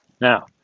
now